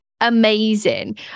amazing